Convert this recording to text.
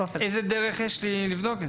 איזה דרך יש לי לבדוק את זה?